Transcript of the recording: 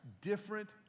different